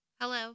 Hello